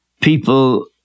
people